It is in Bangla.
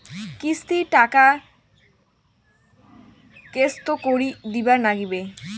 কিস্তির টাকা কেঙ্গকরি দিবার নাগীবে?